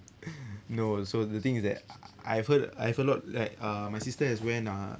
no so the thing is that I've heard I've a lot like uh my sister has went uh